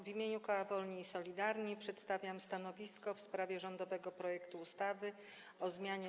W imieniu koła Wolni i Solidarni przedstawiam stanowisko w sprawie rządowego projektu ustawy o zmianie